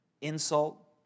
insult